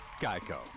GEICO